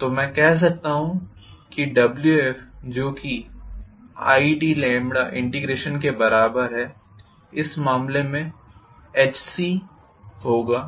तो मैं कह सकता हूं कि wf जो कि id के बराबर है इस मामले में Hc होगा